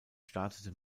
startete